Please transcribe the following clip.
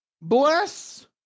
bless